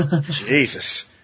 Jesus